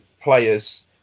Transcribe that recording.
players